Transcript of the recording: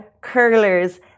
curlers